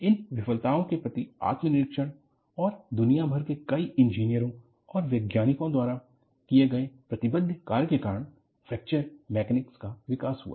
इन विफलताओं के प्रति आत्मनिरीक्षण और दुनिया भर के कई इंजीनियरों और वैज्ञानिकों द्वारा किए गए प्रतिबद्ध कार्य के कारण फैक्चर मैकेनिक्स का विकास हुआ